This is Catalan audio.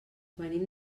venim